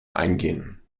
eingehen